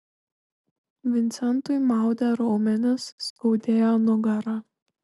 vincentui maudė raumenis skaudėjo nugarą